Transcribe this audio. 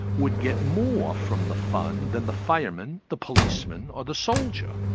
would get more from the fund than the fireman, the policeman or the soldier.